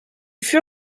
fut